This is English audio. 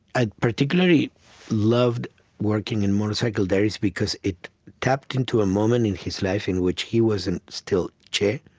i particularly loved working in motorcycle diaries because it tapped into a moment in his life in which he wasn't still che.